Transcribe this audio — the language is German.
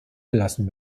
gelassen